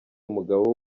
umugabo